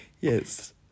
Yes